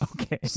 Okay